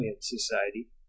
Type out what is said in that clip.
Society